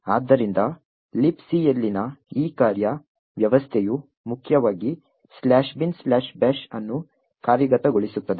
ಆದ್ದರಿಂದ Libcಯಲ್ಲಿನ ಈ ಕಾರ್ಯ ವ್ಯವಸ್ಥೆಯು ಮುಖ್ಯವಾಗಿ "binbash" ಅನ್ನು ಕಾರ್ಯಗತಗೊಳಿಸುತ್ತದೆ